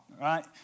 right